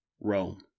Rome